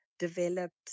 developed